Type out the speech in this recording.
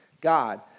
God